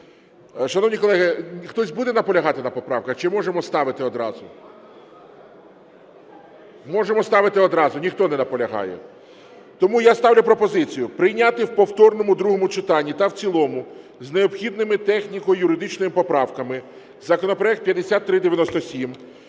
Шановні колеги, хтось буде наполягати на поправках, чи можемо ставити одразу? Можемо ставити одразу, ніхто не наполягає? Тому я ставлю пропозицію прийняти в повторному другому читанні та в цілому з необхідними техніко-юридичними поправками законопроект 5397